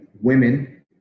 women